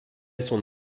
son